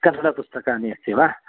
कन्नडपुस्तकानि अस्ति वा